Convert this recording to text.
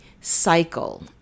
cycle